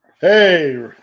Hey